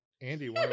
Andy